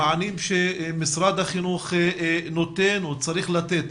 המענים שנותן משרד החינוך או צריך לתת